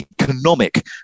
economic